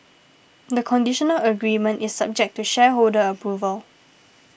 the conditional agreement is subject to shareholder approval